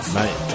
Mate